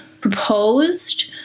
proposed